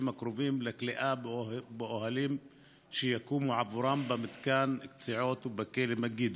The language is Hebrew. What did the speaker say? הקרובים לכליאה באוהלים שיקומו עבורם במתקן קציעות ובכלא מגידו.